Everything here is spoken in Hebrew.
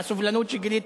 על הסובלנות שגילית,